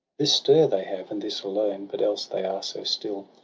this stir they have, and this alone but else they are so still!